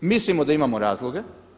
Mislimo da imamo razloge.